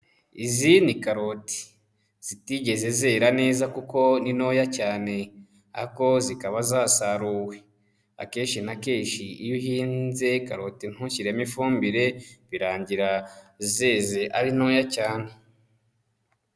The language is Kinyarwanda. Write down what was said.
Izi ni karoti zitigeze zera neza kuko ni ntoya cyane ariko zikaba zasaruwe, akenshi na kenshi iyo uhinze karoti ntushyiremo ifumbire, birangira zeze ari ntoya cyane.